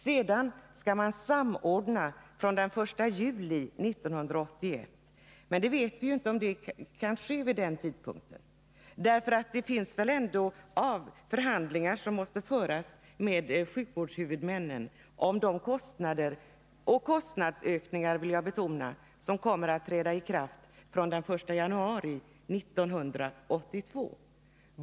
Sedan skall man samordna från den 1 juli 1981, men vi vet ju inte om det kan ske vid den tidpunkten. Det måste väl ändå föras förhandlingar med sjukvårdshuvudmännen om de kostnader och kostnadsökningar — det vill jag betona — som kommer att träda i kraft fr.o.m. den 1 januari 1982.